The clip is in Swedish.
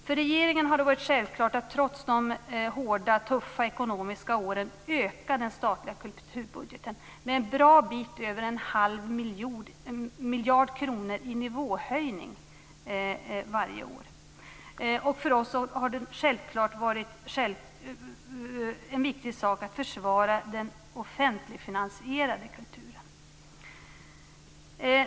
För regeringen har det varit självklart att trots de ekonomiskt hårda och tuffa åren öka den statliga kulturbudgeten med en bra bit över en halv miljard kronor i nivåhöjning varje år. För oss har det självklart varit en viktig sak att försvara den offentligfinansierade kulturen.